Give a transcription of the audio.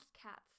cats